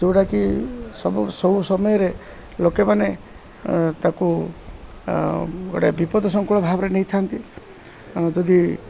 ଯେଉଁଟାକି ସବୁ ସବୁ ସମୟରେ ଲୋକେମାନେ ତାକୁ ଗୋଟେ ବିପଦ ସଂକୁଳ ଭାବରେ ନେଇଥାନ୍ତି ଯଦି